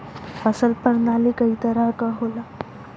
फसल परनाली कई तरह क होला